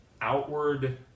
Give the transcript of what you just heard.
outward